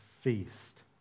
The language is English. feast